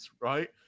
right